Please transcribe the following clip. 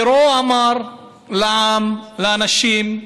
פרעה אמר לעם, לאנשים: